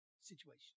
situation